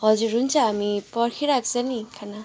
हजुर हुन्छ हामी पर्खिराख्छौँ नि खाना